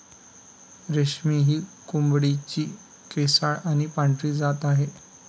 रेशमी ही कोंबडीची केसाळ आणि पांढरी जात आहे